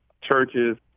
churches